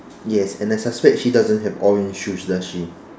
yes and I suspect she doesn't have orange shoes does she